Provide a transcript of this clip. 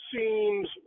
seems